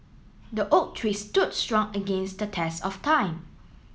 the oak tree stood strong against the test of time